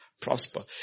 prosper